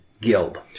guild